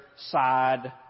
side